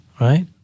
right